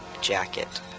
jacket